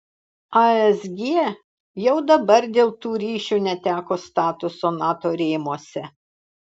asg jau dabar dėl tų ryšių neteko statuso nato rėmuose